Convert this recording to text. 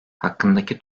hakkındaki